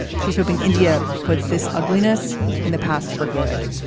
she's hoping india puts this ugliness in the past for good.